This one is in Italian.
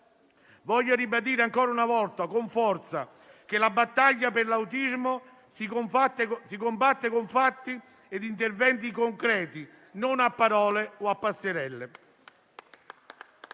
Voglio ribadire ancora una volta con forza che la battaglia per l'autismo si combatte con fatti e interventi concreti, non a parole o a passerelle.